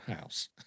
house